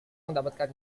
mendapatkan